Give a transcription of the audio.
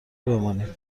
بمانید